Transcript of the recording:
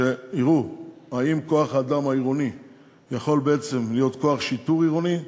שיראו אם כוח-האדם העירוני יכול בעצם להיות כוח שיטור עירוני,